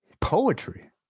poetry